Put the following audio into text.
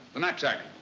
the knapsack.